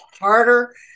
harder